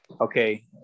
okay